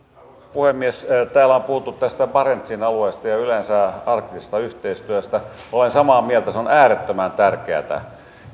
puhemies täällä on puhuttu tästä barentsin alueesta ja yleensä arktisesta yhteistyöstä olen samaa mieltä se on äärettömän tärkeätä